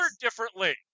differently